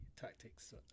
tactics